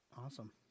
Awesome